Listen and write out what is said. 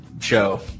show